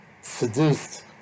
seduced